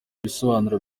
ibisobanuro